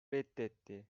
reddetti